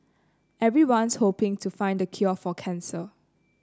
everyone's hoping to find the cure for cancer